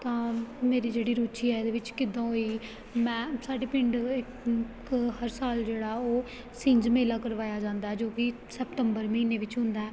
ਤਾਂ ਮੇਰੀ ਜਿਹੜੀ ਰੁਚੀ ਆ ਇਹਦੇ ਵਿੱਚ ਕਿੱਦਾਂ ਹੋਈ ਮੈਂ ਸਾਡੇ ਪਿੰਡ ਇੱਕ ਹਰ ਸਾਲ ਜਿਹੜਾ ਉਹ ਛਿੰਝ ਮੇਲਾ ਕਰਵਾਇਆ ਜਾਂਦਾ ਜੋ ਕਿ ਸਪਤੰਬਰ ਮਹੀਨੇ ਵਿੱਚ ਹੁੰਦਾ